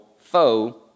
foe